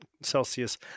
Celsius